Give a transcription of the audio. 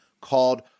called